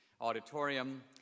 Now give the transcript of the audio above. auditorium